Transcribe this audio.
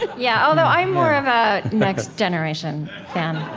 yeah, although, i'm more of a next generation fan.